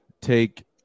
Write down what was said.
take